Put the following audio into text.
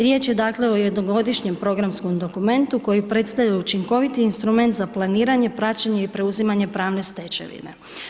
Riječ je dakle o jednogodišnjem programskom dokumentu koji predstavlja učinkoviti instrument za planiranje, praćenje i preuzimanje pravne stečevine.